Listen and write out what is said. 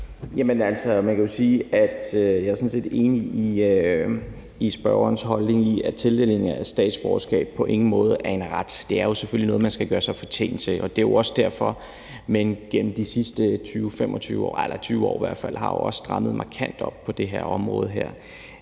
jeg er sådan set enig i spørgerens holdning om, at tildeling af dansk statsborgerskab på ingen måde er en ret; det er jo selvfølgelig noget, man skal gøre sig fortjent til. Det er jo også derfor, at man igennem de sidste 20-25 år, i hvert fald de sidste 20 år, har strammet markant op på det her område.